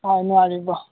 হয় নোৱাৰিব